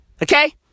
Okay